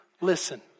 Listen